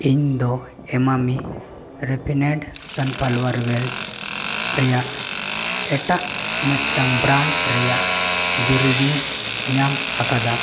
ᱤᱧ ᱫᱚ Emami refined sunflower oil ᱨᱮᱭᱟᱜ ᱮᱴᱟᱜ ᱢᱤᱫᱴᱟᱝ ᱵᱨᱟᱱᱰ ᱨᱮᱭᱟᱜ ᱫᱩᱨᱤᱵᱤᱧ ᱧᱟᱢ ᱟᱠᱟᱫᱟ